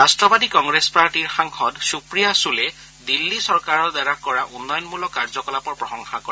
ৰট্টবাদী কংগ্ৰেছ পাৰ্টীৰ সাংসদ সুপ্ৰিয়া সুলে দিল্লী চৰকাৰৰ দ্বাৰা কৰা উন্নয়নমূলক কাৰ্যকলাপৰ প্ৰশংসা কৰে